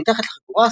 מתחת לחגורה,